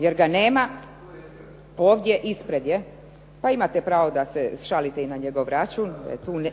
jer ga nema, ovdje ispred je, pa imate pravo da se šalite i na njegov račun,